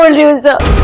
ah news. ah